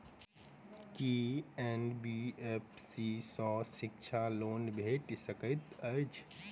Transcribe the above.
की NBFC सँ शिक्षा loan भेटि सकैत अछि?